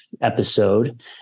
episode